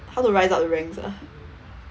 how to rise up the ranks ah